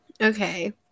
okay